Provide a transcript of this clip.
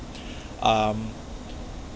um